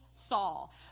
Saul